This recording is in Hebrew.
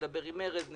נדבר עם ארז ונראה.